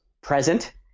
present